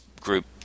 group